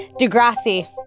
Degrassi